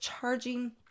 charging